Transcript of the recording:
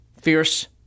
fierce